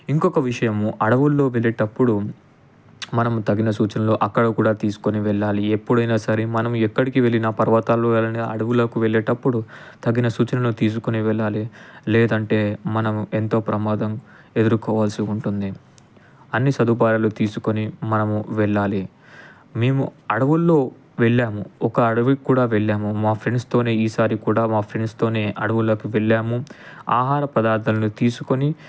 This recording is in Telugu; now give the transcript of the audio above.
ఇంకొక విషయం అడవుల్లో వెళ్ళేటప్పుడు మనము తగిన సూచనల్లో అక్కడ కూడా తీసుకొని వెళ్ళాలి ఎప్పుడైనా సరే మనం ఎక్కడికి వెళ్లినా పర్వతాలు కానీ అడవులకు వెళ్లేటప్పుడు తగిన సూచనలు తీసుకుని వెళ్లాలి లేదంటే మనం ఎంతో ప్రమాదం ఎదుర్కోవాల్సి ఉంటుంది అన్ని సదుపాయాలు తీసుకొని మనము వెళ్లాలి మేము అడవుల్లో వెళ్ళాము ఒక అడవికి కూడా వెళ్ళాము మా ఫ్రెండ్స్తోనే ఈసారి కూడా మా ఫ్రెండ్స్తోనే అడవులకు వెళ్ళాము ఆహార పదార్థాలను తీసుకొని